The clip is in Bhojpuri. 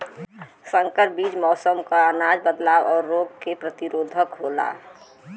संकर बीज मौसम क अचानक बदलाव और रोग के प्रतिरोधक होला